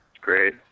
Great